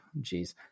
Jeez